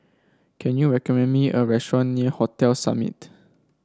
can you recommend me a restaurant near Hotel Summit